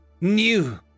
new